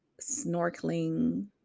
snorkeling